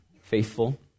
faithful